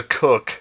cook